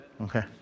Okay